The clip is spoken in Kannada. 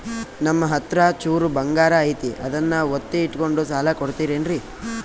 ನಮ್ಮಹತ್ರ ಚೂರು ಬಂಗಾರ ಐತಿ ಅದನ್ನ ಒತ್ತಿ ಇಟ್ಕೊಂಡು ಸಾಲ ಕೊಡ್ತಿರೇನ್ರಿ?